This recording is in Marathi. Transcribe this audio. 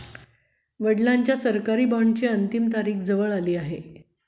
वडिलांच्या सरकारी बॉण्डची अंतिम तारीख जवळ आली आहे